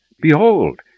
Behold